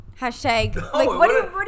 hashtag